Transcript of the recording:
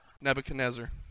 Nebuchadnezzar